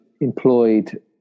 employed